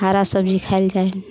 हरा सब्जी खाय लऽ चाही